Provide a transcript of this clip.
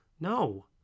No